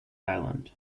island